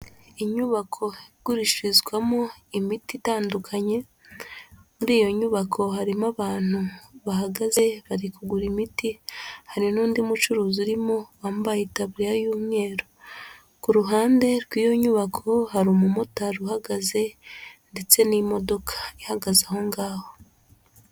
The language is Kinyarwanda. Inyubako igurishirizwamo imiti itandukanye, muri iyo nyubako harimo abantu bahagaze bari kugura imiti, hari n'undi mucuruzi urimo wambaye itaburiya y'umweru. Ku ruhande rw'iyo nyubako hari umumotari uhagaze ndetse n'imodoka ihagaze aho ngaho.